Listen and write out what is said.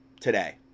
today